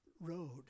road